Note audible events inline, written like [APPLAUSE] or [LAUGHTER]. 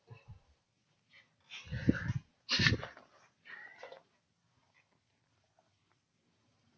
[BREATH]